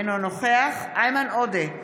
אינו נוכח איימן עודה,